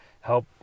help